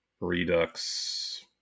Redux